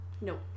Nope